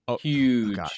Huge